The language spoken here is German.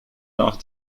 nach